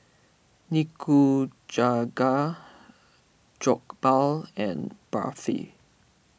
Nikujaga Jokbal and Barfi